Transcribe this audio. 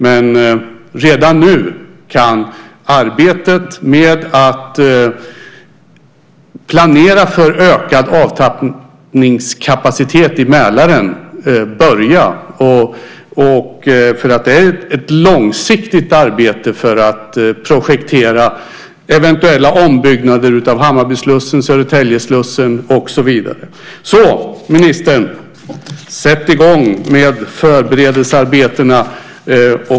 Men redan nu kan arbetet med att planera för ökad avtappningskapacitet i Mälaren börja, för det är ett långsiktigt arbete att projektera eventuella ombyggnader av Hammarbyslussen, Södertäljeslussen och så vidare. Så, ministern, sätt i gång med förberedelsearbetena!